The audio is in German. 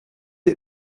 der